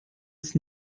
ist